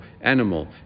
animal